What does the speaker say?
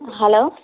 hello